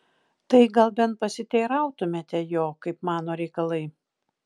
tai gal bent pasiteirautumėte jo kaip mano reikalai